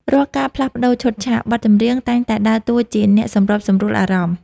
រាល់ការផ្លាស់ប្តូរឈុតឆាក បទចម្រៀងតែងតែដើរតួជាអ្នកសម្របសម្រួលអារម្មណ៍។